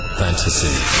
fantasy